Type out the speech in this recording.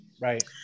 Right